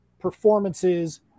performances